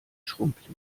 schrumpelig